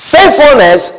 Faithfulness